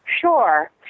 Sure